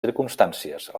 circumstàncies